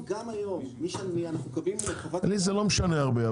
לי זה לא משנה הרבה.